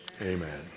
Amen